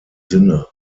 sinne